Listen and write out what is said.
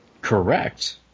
Correct